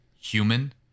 human